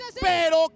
Pero